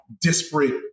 disparate